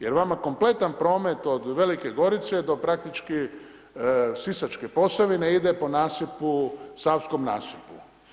Jer vama kompletan promet od Velike Gorice do praktički sisačke Posavine ide po nasipu savskom nasipu.